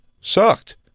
sucked